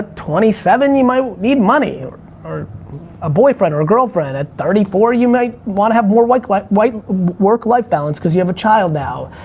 twenty seven, you might need money or or a boyfriend or a girlfriend. at thirty four, you might want to have more like like work life balance, cause you have a child now.